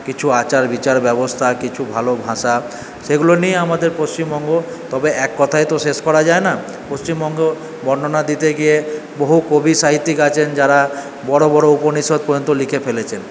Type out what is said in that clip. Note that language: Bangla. কিছু আচার বিচার ব্যবস্থা কিছু ভালো ভাষা সেগুলো নিয়ে আমাদের পশ্চিমবঙ্গ তবে এক কথায় তো শেষ করা যায় না পশ্চিমবঙ্গ বর্ণনা দিতে গিয়ে বহু কবি সাহিত্যিক আছেন যারা বড় বড় উপনিষদ পর্যন্ত লিখে ফেলেছেন